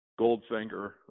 Goldfinger